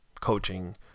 coaching